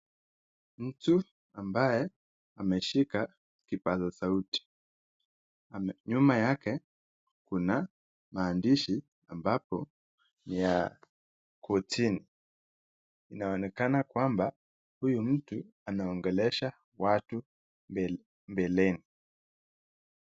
Mtu ambaye ameshika kipasasauti, nyuma yake kuna maandishi ambapo, yapo chini inaonekana kwamba huyu mtu anaongelesha watu mbeleni.